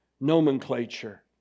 nomenclature